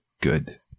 good